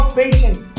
patience